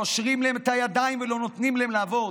קושרים להם את הידיים ולא נותנים להם לעבוד.